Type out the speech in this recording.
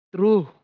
True